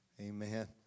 Amen